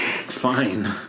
fine